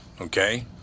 Okay